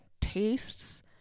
tastes